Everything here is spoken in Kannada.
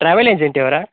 ಟ್ರಾವೆಲ್ ಏಜೆಂಟಿ ಅವರಾ